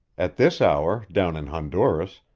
at this hour, down in honduras,